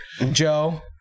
Joe